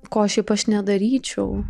ko šiaip aš nedaryčiau